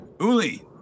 Uli